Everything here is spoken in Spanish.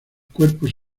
cuerpos